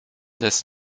des